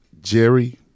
Jerry